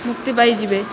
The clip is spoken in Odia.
ମୁକ୍ତି ପାଇଯିବେ